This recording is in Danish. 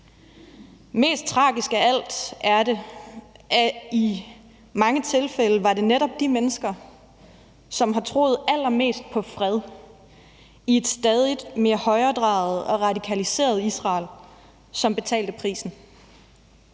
Mest tragisk af alt er det, at i mange tilfælde var det netop de mennesker, som har troet allermest på fred i et stadig mere højredrejet og radikaliseret Israel, som betalte prisen.